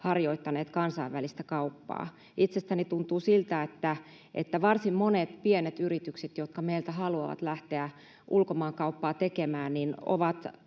harjoittaneet kansainvälistä kauppaa. Itsestäni tuntuu siltä, että varsin monet pienet yritykset, jotka meiltä haluavat lähteä ulkomaankauppaa tekemään, ovat